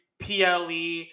ple